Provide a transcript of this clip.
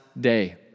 day